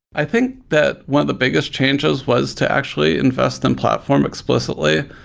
i think that one of the biggest changes was to actually invest in platform explicitly.